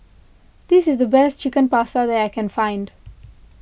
this is the best Chicken Pasta that I can find